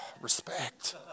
Respect